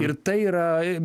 ir tai yra e